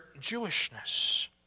Jewishness